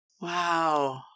Wow